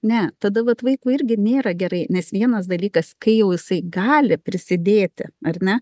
ne tada vat vaikui irgi nėra gerai nes vienas dalykas kai jau jisai gali prisidėti ar ne